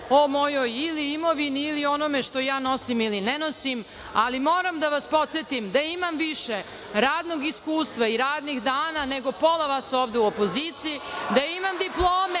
o mojoj ili imovini ili o onome šta ja nosim ili ne nosim, ali moram da vas podsetim da imam više radnog iskustva i radnih dana nego pola vas ovde u opoziciji, da imam diplome